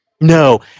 No